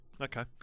Okay